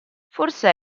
forse